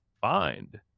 find